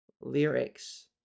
lyrics